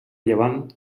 llevant